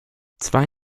zwei